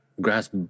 grasp